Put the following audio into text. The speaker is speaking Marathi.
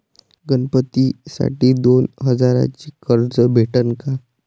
गणपतीसाठी दोन हजाराचे कर्ज भेटन का?